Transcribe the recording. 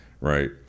right